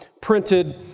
printed